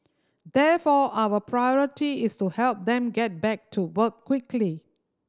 therefore our priority is to help them get back to work quickly